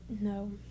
no